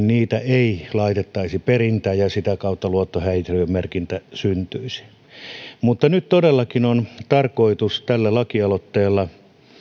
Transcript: niitä ei laitettaisi perintään ja ja sitä kautta luottohäiriömerkintä syntyisi nyt todellakin on tarkoitus tällä lakialoitteella